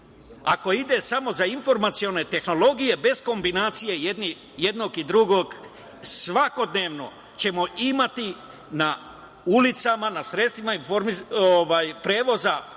Ako ide samo za informacionim tehnologijama bez kombinacije jednog i drugog svakodnevno ćemo imati na ulicama, u sredstvima prevoza